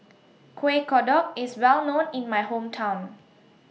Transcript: Kueh Kodok IS Well known in My Hometown